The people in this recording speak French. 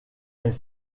est